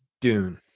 Dune